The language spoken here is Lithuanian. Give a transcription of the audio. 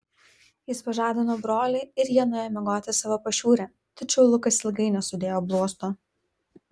jis pažadino brolį ir jie nuėjo miegoti į savo pašiūrę tačiau lukas ilgai nesudėjo bluosto